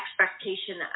expectation